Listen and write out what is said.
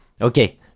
Okay